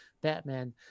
Batman